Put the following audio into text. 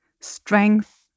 strength